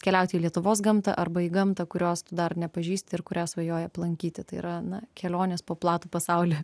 keliaut į lietuvos gamtą arba į gamtą kurios tu dar nepažįsti ir kurią svajoji aplankyti tai yra na kelionės po platų pasaulį